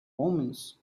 omens